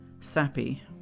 Sappy